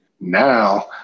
Now